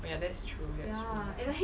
oh ya that's true that's true